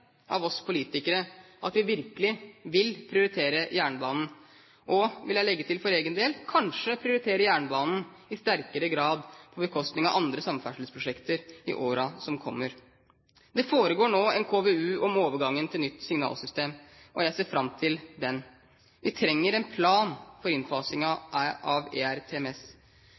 av oss politikere at vi virkelig vil prioritere jernbane, og – vil jeg legge til for egen del – kanskje prioritere jernbane i sterkere grad på bekostning av andre samferdselsprosjekter i årene som kommer. Det foregår nå en KVU om overgangen til nytt signalsystem, og jeg ser fram til den. Vi trenger en plan for innfasing av ERTMS.